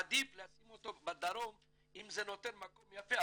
עדיף לשים אותו בדרום אם זה נותן מקום יפה,